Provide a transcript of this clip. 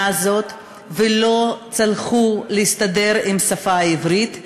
הזאת ולא הצליחו להסתדר עם השפה העברית,